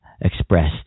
expressed